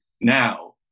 now